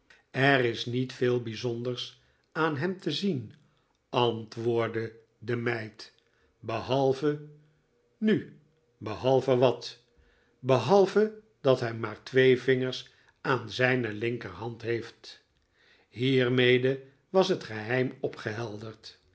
er is niet veel bijzonders aan hem tezien antwoordde de meid behalve nu behalve wat behalve dat hij maar twee vingers aan zijne linkerhand heeft hiermede was het geheim